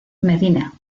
medina